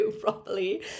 properly